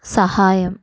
സഹായം